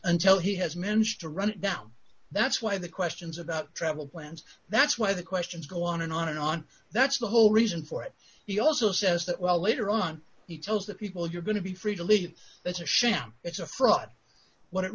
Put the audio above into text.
until he has managed to run down that's why the questions about travel plans that's why the questions go on and on and on that's the whole reason for it he also says that while later on he tells the people you're going to be free to leave it's a sham it's a fraud what it